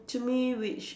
to me which